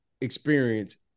experience